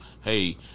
hey